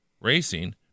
racing